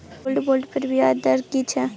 Gold bond पर ब्याज दर की छै?